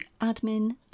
admin